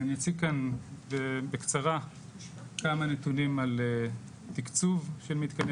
אני אציג כאן בקצרה כמה נתונים על תקצוב של מתקני